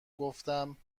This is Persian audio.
گفتم